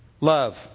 Love